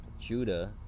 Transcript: Judah